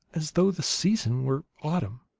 as though the season were autumn.